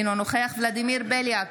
אינו נוכח ולדימיר בליאק,